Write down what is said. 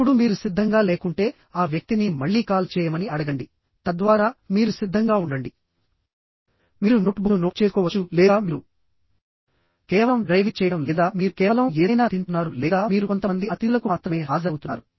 ఇప్పుడుమీరు సిద్ధంగా లేకుంటేఆ వ్యక్తిని మళ్లీ కాల్ చేయమని అడగండి తద్వారా మీరు సిద్ధంగా ఉండండి మీరు నోట్ బుక్ ను నోట్ చేసుకోవచ్చు లేదా మీరు కేవలం డ్రైవింగ్ చేయడం లేదా మీరు కేవలం ఏదైనా తింటున్నారు లేదా మీరు కొంతమంది అతిథులకు మాత్రమే హాజరవుతున్నారు